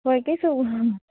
ꯍꯣꯏ ꯀꯩꯁꯨ